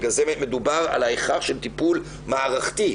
בגלל זה מדובר על הכרח של טיפול מערכתי,